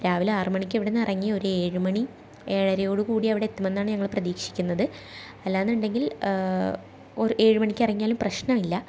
രാവിലെ ആറ് മണിക്ക് ഇവിടുന്ന് ഇറങ്ങി ഒരു ഏഴ് മണി ഏഴരയോടു കൂടി അവിടെ എത്തുമെന്നാണ് ഞങ്ങൾ പ്രതിക്ഷിക്കുന്നത് അല്ല എന്നുണ്ടെങ്കിൽ ഒരു ഏഴ് മണിക്ക് ഇറങ്ങിയാലും പ്രശ്നമില്ല